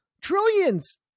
trillions